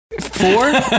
Four